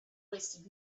wasted